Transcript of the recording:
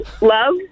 Love